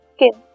Skin